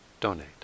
donate